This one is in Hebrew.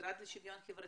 המשרד לשוויון חברתי,